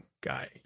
guy